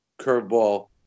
curveball